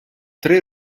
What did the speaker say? tre